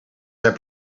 zijn